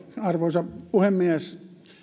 arvoisa puhemies